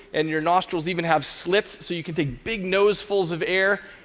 and your nostrils even have slits so you can take big nosefuls of air.